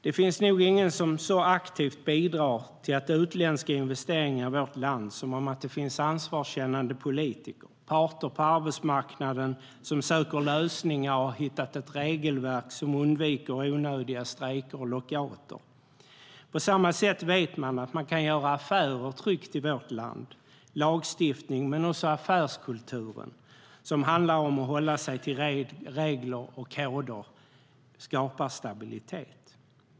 Det finns nog inget som så aktivt bidrar till utländska investeringar i vårt land som att det finns ansvarskännande politiker och parter på arbetsmarknaden som söker lösningar och har hittat ett regelverk som undviker onödiga strejker och lockouter. På samma sätt vet man att man kan göra affärer tryggt i vårt land. Lagstiftning men också affärskulturen som handlar om att hålla sig till regler och koder skapar stabilitet.